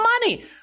money